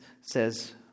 says